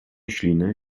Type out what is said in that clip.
śliny